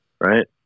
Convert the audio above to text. right